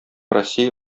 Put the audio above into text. россия